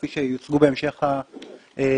כפי שיוצגו בהמשך הישיבה,